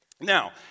Now